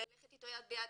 ללכת איתו יד ביד,